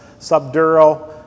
subdural